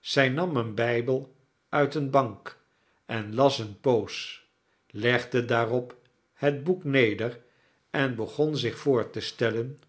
zij nam een bijbel uit eene bank en las eene poos legde daarop het boek neder en begon zich voor te stellen